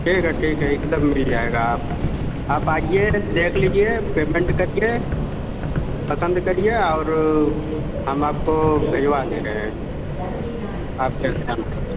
ठीक है ठीक है एकदम मिल जाएगा आप आप आइए देख लीजिए पेमेंट करिए पसंद करिए और हम आपको भिजवा दे रहे हैं आप के